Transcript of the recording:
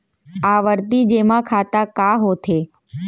आवर्ती जेमा खाता का होथे?